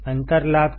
अंतर लाभ क्या है